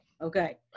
Okay